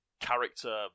character